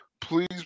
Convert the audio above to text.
please